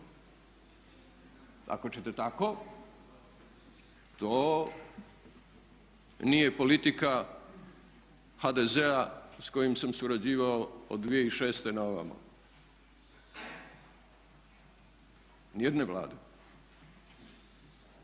Ako ćete tako to nije politika HDZ-a s kojim sam surađivao od 2006. na ovamo, ni jedne Vlade.